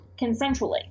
consensually